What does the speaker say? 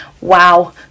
wow